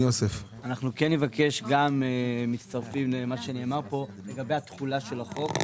אנחנו גם מצטרפים למה שנאמר פה לגבי התחולה של החוק.